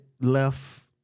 left